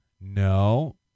No